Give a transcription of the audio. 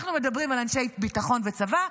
אנחנו מדברים על אנשי ביטחון וצבא,